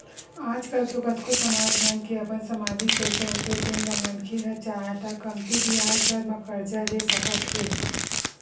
आज कल तो कतको समाज मन के अपन समाजिक पइसा होथे जेन ल मनखे ह चाहय त कमती बियाज दर म करजा ले सकत हे